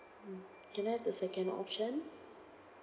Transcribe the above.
mm can I have the second option